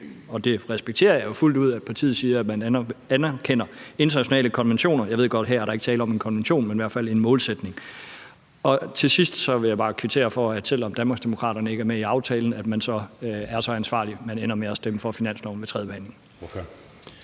og det respekterer jeg jo fuldt ud – at partiet siger, at man anerkender internationale konventioner. Jeg ved godt, at her er der ikke tale om en konvention, men det er i hvert fald en målsætning. Til sidst vil jeg bare kvittere for, at man, selv om Danmarksdemokraterne ikke er med i aftalen, er så ansvarlig, at man ender med at stemme for finansloven ved tredjebehandlingen.